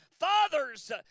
Fathers